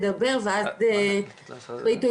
לחברי מהמשרדים